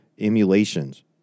emulations